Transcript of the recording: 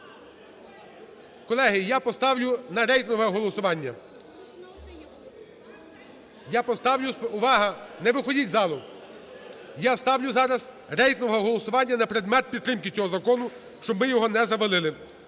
Колеги, я поставлю на рейтингове голосування. Я поставлю, увага, не виходьте з залу. Я ставлю зараз рейтингове голосування на предмет підтримки цього закону, щоб ми його не завалили.